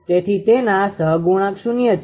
તેથી તેના સહગુણાંક શૂન્ય છે